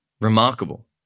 remarkable